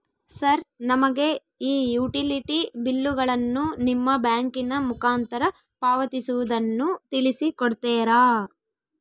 Sir ನಮಗೆ ಈ utility ಬಿಲ್ಲುಗಳನ್ನು ನಿಮ್ಮ ಬ್ಯಾಂಕಿನ ಮುಖಾಂತರ ಪಾವತಿಸುವುದನ್ನು ತಿಳಿಸಿ ಕೊಡ್ತೇರಾ?